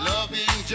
Loving